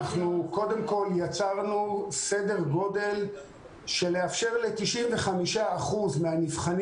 אנחנו קודם כל יצרנו סדר גודל של לאפשר ל-95% מהנבחנים